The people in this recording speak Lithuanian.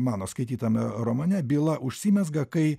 mano skaitytame romane byla užsimezga kai